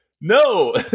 no